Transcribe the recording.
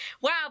wow